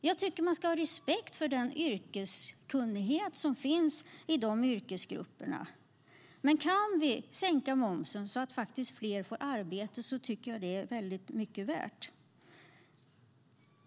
Jag tycker att man ska ha respekt för den yrkeskunnighet som finns i de yrkesgrupperna. Kan vi sänka momsen så att fler får arbete tycker jag att det är väldigt mycket värt.